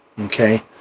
okay